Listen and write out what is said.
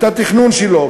את התכנון שלו,